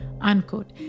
unquote